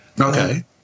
Okay